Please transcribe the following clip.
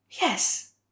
Yes